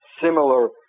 similar